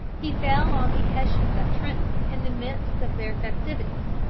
he fell on the hessians at trenton in the midst of their festivities,